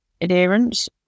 adherence